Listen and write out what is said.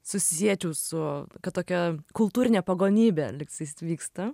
susiečiau su kad tokia kultūrinė pagonybė lygtais vyksta